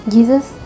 Jesus